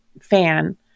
fan